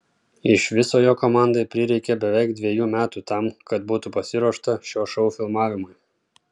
iš viso jo komandai prireikė beveik dviejų metų tam kad būtų pasiruošta šio šou filmavimui